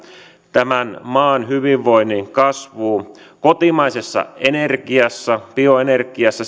tämän maan hyvinvoinnin kasvuun kotimaisessa energiassa bioenergiassa